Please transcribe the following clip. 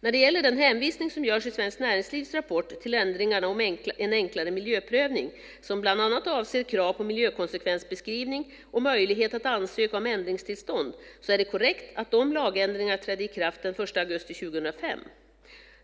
När det gäller den hänvisning som görs i Svenskt Näringslivs rapport till ändringarna om en enklare miljöprövning, som bland annat avser krav på miljökonsekvensbeskrivning och möjlighet att ansöka om ändringstillstånd, är det korrekt att de lagändringarna trädde i kraft den 1 augusti 2005.